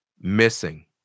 missing